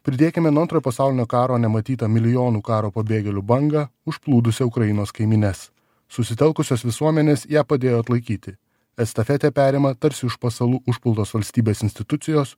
pridėkime nuo antrojo pasaulinio karo nematytą milijonų karo pabėgėlių bangą užplūdusią ukrainos kaimynes susitelkusios visuomenės ją padėjo atlaikyti estafetę perima tarsi iš pasalų užpultos valstybės institucijos